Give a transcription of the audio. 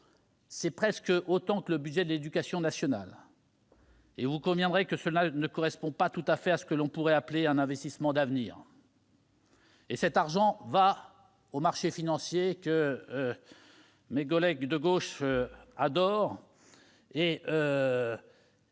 soit presque autant que le budget de l'éducation nationale. Vous conviendrez que cela ne correspond pas tout à fait à ce que l'on pourrait appeler un « investissement d'avenir »! Cet argent va aux marchés financiers que mes collègues de gauche adorent